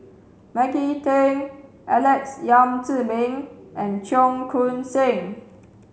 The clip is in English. Maggie Teng Alex Yam Ziming and Cheong Koon Seng